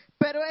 pero